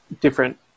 different